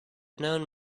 known